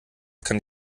kann